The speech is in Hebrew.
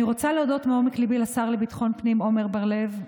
אני רוצה להודות מעומק ליבי לשר לביטחון פנים עמר בר לב,